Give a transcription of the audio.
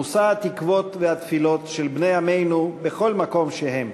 מושא התקוות והתפילות של בני עמנו בכל מקום שהם,